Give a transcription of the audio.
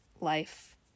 life